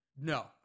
No